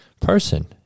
person